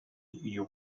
you